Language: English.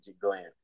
gland